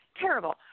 Terrible